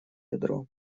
ядро